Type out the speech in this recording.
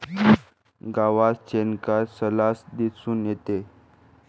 गावात शेणखत सर्रास दिसून येते